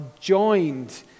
joined